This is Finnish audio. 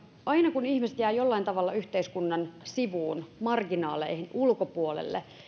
aina kun ihmiset jäävät jollain tavalla yhteiskunnan sivuun marginaaleihin ulkopuolelle